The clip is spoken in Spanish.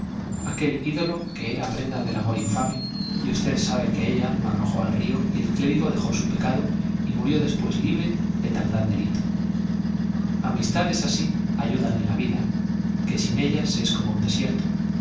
aquel ídolo que era prenda del amor infame y usted sabe que ella lo arrojó al río y el clérigo dejó su pecado y murió después libre de tan gran delito amistades así ayudan en la vida que sin ellas es como un desierto